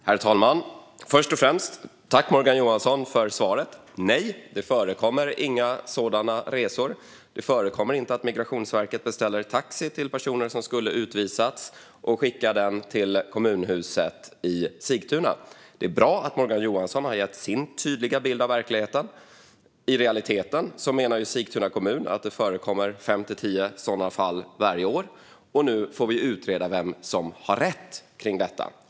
Herr talman! Först och främst tackar jag Morgan Johansson för svaret: Nej, det förekommer inga sådana resor, och det förekommer inte att Migrationsverket beställer taxi till personer som ska utvisas och skickar dem till kommunhuset i Sigtuna. Det är bra att Morgan Johansson har gett sin tydliga bild av verkligheten. I realiteten menar Sigtuna kommun att det förekommer fem till tio sådana fall varje år, och nu får vi utreda vem som har rätt.